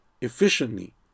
efficiently